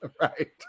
Right